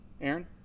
Aaron